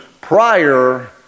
prior